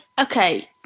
okay